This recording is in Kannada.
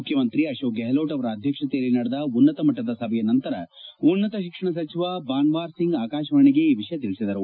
ಮುಖ್ಯಮಂತ್ರಿ ಅಶೋಕ್ ಗೆಲ್ಡೋಟ್ ಅವರ ಅಧ್ಯಕ್ಷತೆಯಲ್ಲಿ ನಡೆದ ಉನ್ನತಮಟ್ಟದ ಸಭೆಯ ನಂತರ ಉನ್ನತ ಶಿಕ್ಷಣ ಸಚಿವ ಭಾನ್ನಾರ್ ಸಿಂಗ್ ಆಕಾಶವಾಣಿಗೆ ಈ ವಿಷಯ ತಿಳಿಸಿದರು